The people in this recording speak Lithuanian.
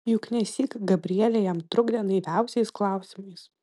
juk nesyk gabrielė jam trukdė naiviausiais klausimais